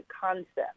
concept